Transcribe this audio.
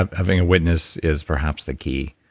ah having a witness is perhaps the key.